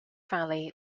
valley